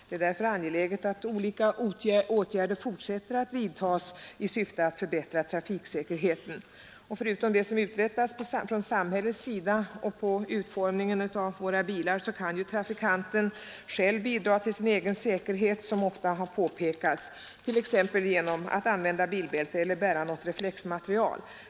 Det är därför angeläget att ytterligare åtgärder vidtas i syfte att förbättra trafiksäkerheten. Förutom det som uträttas av samhället och det som görs beträffande utformningen av våra bilar kan trafikanten, som ofta påpekats, bidra till sin egen säkerhet genom att använda bilbältet och reflexmaterial.